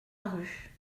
rue